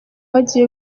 agiye